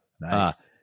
Nice